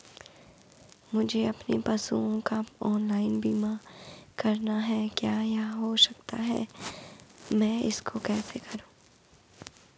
मुझे अपने पशुओं का ऑनलाइन बीमा करना है क्या यह हो सकता है मैं इसको कैसे करूँ?